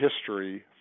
history